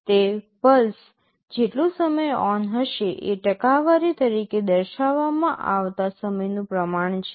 તે પલ્સ જેટલો સમય ઓન્ હશે એ ટકાવારી તરીકે દર્શાવવામાં આવતા સમયનું પ્રમાણ છે